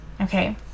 Okay